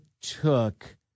took